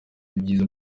ibyiza